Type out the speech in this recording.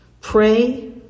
Pray